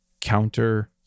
counter-